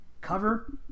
cover